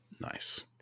Nice